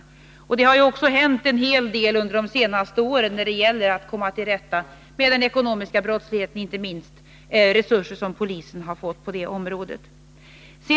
Det har emellertid också hänt en hel del under de senaste åren när det gällt att komma till rätta med den ekonomiska brottligheten, inte minst genom de ökade resurser som polisen har fått.